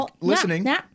listening